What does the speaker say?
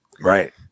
Right